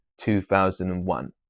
2001